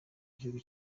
gihugu